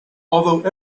although